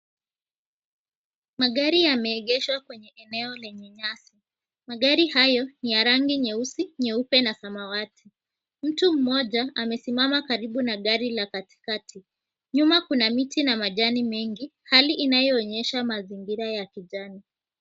Magari yameegeshwa kwenye eneo lenye nyasi. Magari hayo ni ya rangi nyeusi, nyeupe na samawati. Mtu mmoja amesimama karibu na gari la katikati. Nyuma kuna miti na majani mengi hali inayoonyesha mazingira ya kijani.